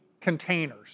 containers